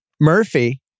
Murphy